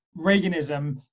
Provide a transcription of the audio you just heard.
Reaganism